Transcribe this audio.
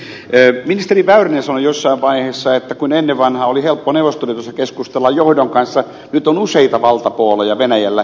ministeri väyrynen sanoi jossain vaiheessa että kun ennen vanhaan oli helppo neuvostoliitossa keskustella johdon kanssa nyt on useita valtapooleja venäjällä